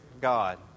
God